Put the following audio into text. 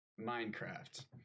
Minecraft